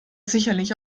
sicherlich